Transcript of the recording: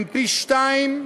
הם פי-שניים,